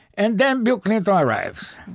and then bill clinton arrives.